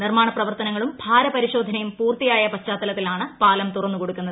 നിർമ്മാണ പ്രവർത്തനങ്ങളും ഭാരപരിശോധനയും പൂർത്തിയായ പശ്ചാത്തലത്തിലാണ് പാലം തുറന്നുകൊടുക്കുന്നത്